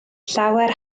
llawer